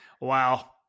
Wow